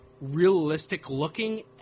realistic-looking